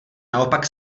naopak